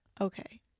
okay